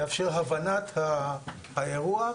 יאפשר הבנת האירוע,